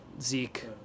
Zeke